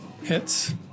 Hits